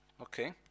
okay